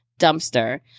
dumpster